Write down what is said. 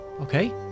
Okay